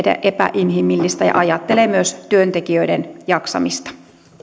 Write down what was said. epäinhimillistä ja ajattelee myös työntekijöiden jaksamista